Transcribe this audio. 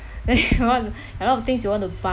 a lot of things you want to buy